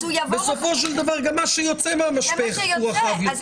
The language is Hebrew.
בסופו של דבר גם מה שיוצא מהמשפך רחב יותר.